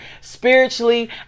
spiritually